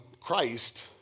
Christ